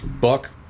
buck